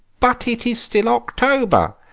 but it is still october!